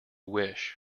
wish